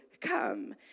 come